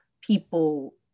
people